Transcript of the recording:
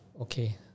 Okay